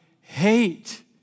hate